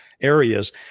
areas